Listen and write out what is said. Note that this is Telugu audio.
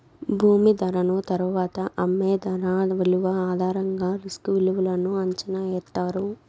భూమి ధరను తరువాత అమ్మే ధర విలువ ఆధారంగా రిస్క్ విలువను అంచనా ఎత్తారు